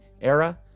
era